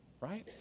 Right